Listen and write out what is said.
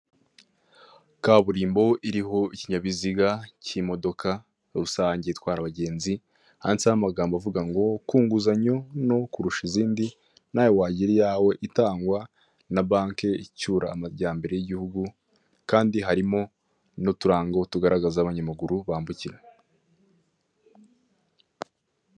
Kaburimbo iriho ikinyabiziga k'imodoka rusange itwara abagenzi, handitseho amagambo avuga ngo kunguzanyo nto kurusha izindi nawe wagira iyawe itangwa na banke icyura amajyambere y'igihugu, kandi harimo n'uturango tugaragaraza aho abanyamaguru bambukira.